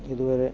ഇതുവരെ